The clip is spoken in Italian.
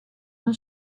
non